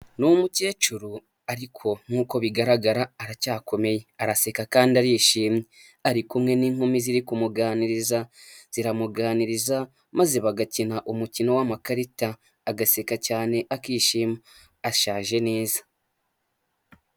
Ni umukecuru ariko nk'uko bigaragara aracyakomeye, araseka kandi arishimye, ari kumwe n'inkumi ziri kumuganiriza, ziramuganiriza maze bagakina umukino w'amakarita, agaseka cyane akishima, ashaje neza.